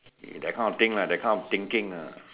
that kind of thing lah that kind of thinking lah